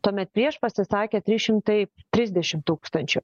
tuomet prieš pasisakė trys šimtai trisdešim tūkstančių